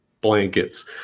blankets